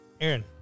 Aaron